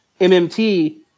MMT